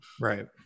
Right